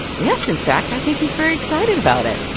yes. in fact, i think he's very excited about it.